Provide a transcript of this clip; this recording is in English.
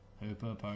Hooper